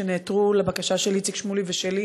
שנעתרו לבקשה של איציק שמולי ושלי